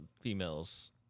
females